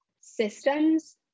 systems